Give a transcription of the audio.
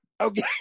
okay